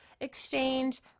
exchange